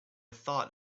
thought